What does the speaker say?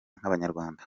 nk’abanyarwanda